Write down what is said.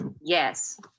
Yes